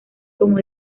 como